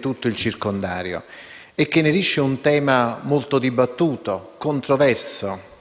tutto il circondario. Essa inerisce a un tema molto dibattuto, controverso,